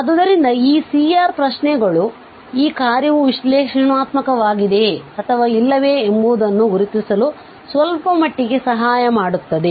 ಆದ್ದರಿಂದ ಈ C R ಪ್ರಶ್ನೆಗಳು ಈ ಕಾರ್ಯವು ವಿಶ್ಲೇಷಣಾತ್ಮಕವಾಗಿದೆಯೇ ಅಥವಾ ಇಲ್ಲವೇ ಎಂಬುದನ್ನು ಗುರುತಿಸಲು ಸ್ವಲ್ಪ ಮಟ್ಟಿಗೆ ಸಹಾಯ ಮಾಡುತ್ತದೆ